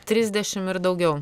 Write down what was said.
trisdešim ir daugiau